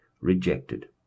rejected